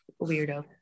weirdo